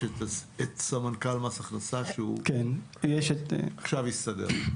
יש את סמנכ"ל מס הכנסה שהוא עכשיו הסתדר.